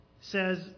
says